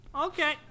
Okay